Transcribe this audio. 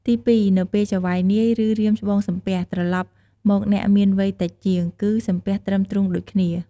ទីពីរ នៅពេលចៅហ្វាយនាយ ឬ រៀមច្បងសំពះ ត្រឡប់មកអ្នកមានវ័យតិចជាង គឺសំពះត្រឹមទ្រូងដូចគ្នា។